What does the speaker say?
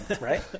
Right